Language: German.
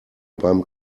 beim